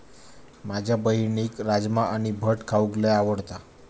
माझ्या बहिणीक राजमा आणि भट खाऊक लय आवडता